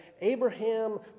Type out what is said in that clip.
Abraham